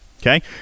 okay